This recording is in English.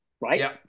right